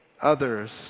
others